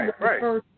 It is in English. Right